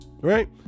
right